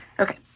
Okay